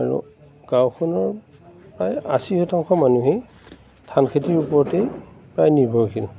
আৰু গাওঁখনৰ প্ৰায় আশী শতাংশ মানুহেই ধান খেতিৰ ওপৰতেই প্ৰায় নিৰ্ভৰশীল